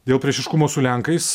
dėl priešiškumo su lenkais